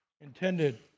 intended